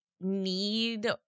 need